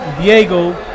Diego